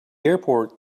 airport